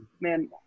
man